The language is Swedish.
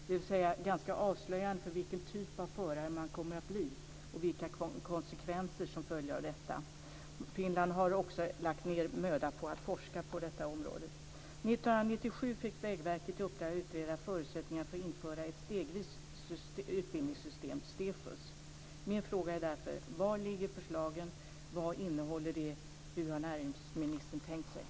Det är ganska avslöjande för vilken typ av förare man kommer att bli och vilka konsekvenser som följer av detta. Finland har också lagt ned möda på att forska på detta område. År 1997 fick Vägverket i uppdrag att utreda förutsättningarna för att införa ett stegvis utbildningssystem, STEFUS. Mina frågor är därför: Var ligger förslagen? Vad innehåller det? Hur har näringsministern tänkt sig?